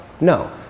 no